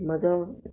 म्हजो